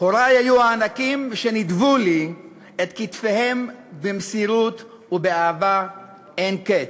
הורי היו הענקים שנידבו לי את כתפיהם במסירות ובאהבה אין קץ.